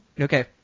Okay